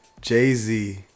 Jay-Z